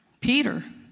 Peter